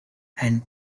and